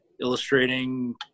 illustrating